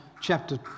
chapter